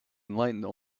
enlightened